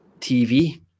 TV